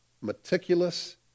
meticulous